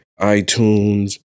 iTunes